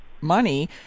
money